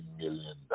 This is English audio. million